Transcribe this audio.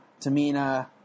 Tamina